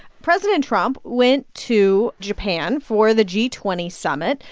president trump went to japan for the g twenty summit.